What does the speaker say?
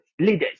leaders